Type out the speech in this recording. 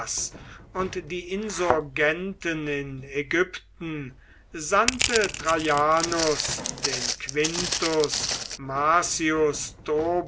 und die insurgenten in ägypten sandte traianus den quintus marcius